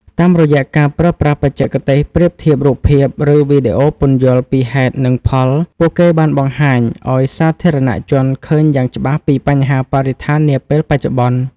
តាមរយៈការប្រើប្រាស់បច្ចេកទេសប្រៀបធៀបរូបភាព ឬវីដេអូពន្យល់ពីហេតុ និងផល ពួកគេបានបង្ហាញឱ្យសាធារណជនឃើញយ៉ាងច្បាស់ពីបញ្ហាបរិស្ថាននាពេលបច្ចុប្បន្ន។